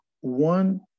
one